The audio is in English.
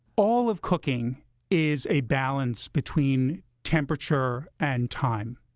all of cooking is a balance between temperature and time.